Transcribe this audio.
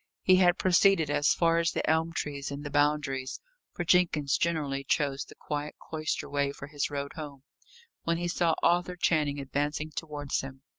he had proceeded as far as the elm trees in the boundaries for jenkins generally chose the quiet cloister way for his road home when he saw arthur channing advancing towards him.